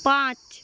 পাঁচ